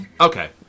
Okay